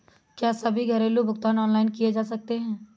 क्या सभी घरेलू भुगतान ऑनलाइन किए जा सकते हैं?